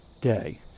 day